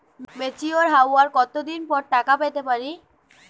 Mature হওয়ার কত দিন পর টাকা পেতে পারি?